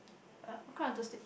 yeah I cried on Thursday